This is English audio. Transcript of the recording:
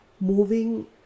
moving